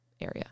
area